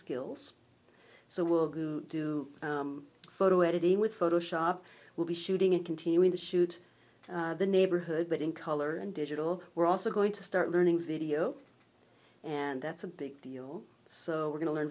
skills so we'll do photo editing with photoshop will be shooting and continuing to shoot the neighborhood but in color and digital we're also going to start learning video and that's a big deal so we're going to learn